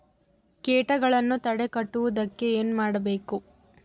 ಕೇಟಗಳನ್ನು ತಡೆಗಟ್ಟುವುದಕ್ಕೆ ಏನು ಮಾಡಬೇಕು?